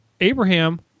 Abraham